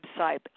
website